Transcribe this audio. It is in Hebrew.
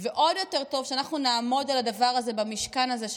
ועוד יותר טוב שאנחנו נעמוד על הדבר הזה במשכן הזה,